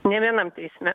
nė vienam teisme